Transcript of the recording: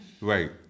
Right